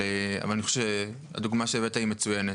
אבל אני חושב שהדוגמה שהבאת היא מצוינת.